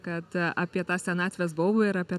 kad apie tą senatvės baubą ir apie